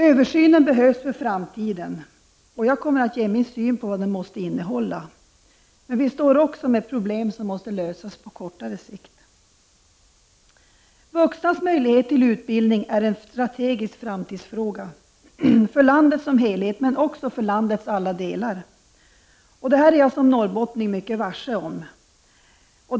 Översynen behövs för framtiden, och jag kommer att ge min syn på vad den måste innehålla, men vi står också med problem som måste lösas på kortare sikt. Vuxnas möjlighet till utbildning är en strategisk framtidsfråga, för landet som helhet men också för landets alla delar. Detta är jag som norrbottning klart medveten om.